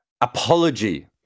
apology